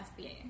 FBA